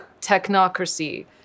technocracy